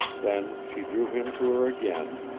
then she drew him to her again,